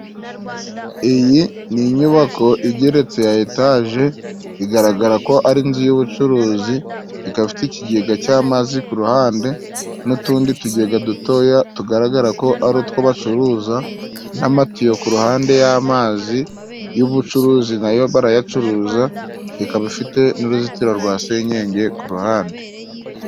Iyi ni inyubako igeretse ya etaje igaragara ko ari inzu y'ubucuruzi, ikaba ifite ikigega cy'amazi ku ruhande, n'utundi tugega dutoya tugaragara ko ari utwo bacuruza, n'amatiyo ku ruhande y'amazi y'ubucuruzi nayo barayacuruza, ikaba ifite n'uruzitiro rwa senyenge ku ruhande.